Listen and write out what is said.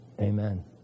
Amen